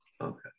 Okay